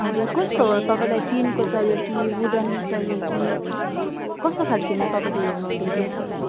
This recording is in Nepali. हजुर कस्तो तपाईँलाई टिनको चाहियो कि वुडन चाहियो कि कस्तो खालकेमा तपाईँले हेर्नु हुँदैछ